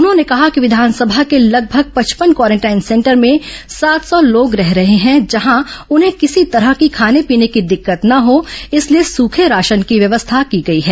उन्होंने कहा कि विधानसभा के लगभग पचपन क्वारेंटाइन सेंटर में सात सौ लोग रह रहे हैं जहां उन्हें किसी तरह की खाने पीने की दिक्कत न हो इसलिए सूखे राशन की व्यवस्था की गई है